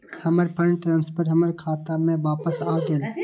हमर fund transfer हमर खाता में वापस आ गेल